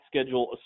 schedule